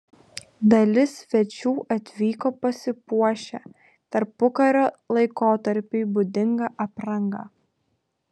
dalis svečių atvyko pasipuošę tarpukario laikotarpiui būdinga apranga